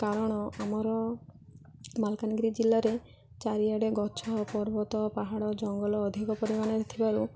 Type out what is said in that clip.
କାରଣ ଆମର ମାଲକାନଗିରି ଜିଲ୍ଲାରେ ଚାରିଆଡ଼େ ଗଛ ପର୍ବତ ପାହାଡ଼ ଜଙ୍ଗଲ ଅଧିକ ପରିମାଣରେ ଥିବାରୁ